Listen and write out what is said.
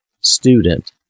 student